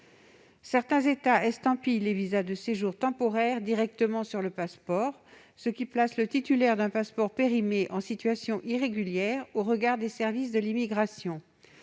Certains États estampillent les visas de séjour temporaire directement sur le passeport, ce qui place le titulaire d'un passeport périmé en situation irrégulière au regard des services de l'immigration.